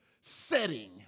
setting